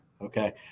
Okay